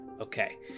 Okay